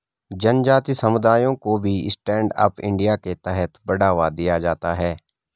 जनजाति समुदायों को भी स्टैण्ड अप इंडिया के तहत बढ़ावा दिया जाता है